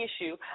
issue